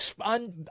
on